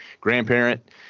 grandparent